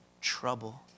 trouble